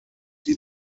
die